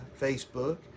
Facebook